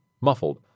muffled